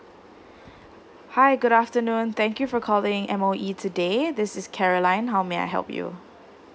hi good afternoon thank you for calling M_O_E today this is caroline how may I help you